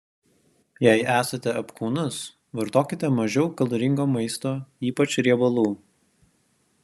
jei esate apkūnus vartokite mažiau kaloringo maisto ypač riebalų